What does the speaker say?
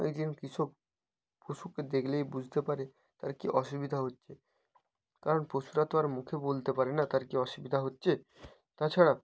এই যে আমি কিষক পশুকে দেখলেই বুঝতে পারে তার কী অসুবিধা হচ্ছে কারণ পশুরা তো আর মুখে বলতে পারে না তার কী অসুবিধা হচ্ছে তাছাড়া